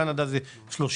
בקנדה זה 30%,